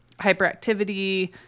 hyperactivity